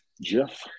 Jeff